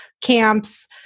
camps